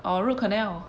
or root canal